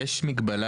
יש מגבלת